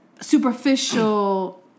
superficial